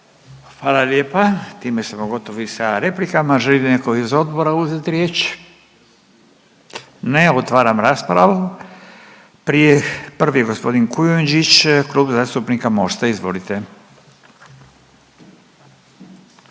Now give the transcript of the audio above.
Hvala lijepa. Time smo gotovi sa replikama. Želi li netko iz odbora uzet riječ? Ne. Otvaram raspravu. Prvi g. Kujundžić Klub zastupnika Mosta, izvolite.